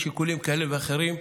משיקולים כאלה ואחרים,